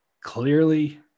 Clearly